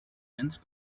hence